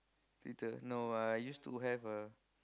with the no ah I used to have a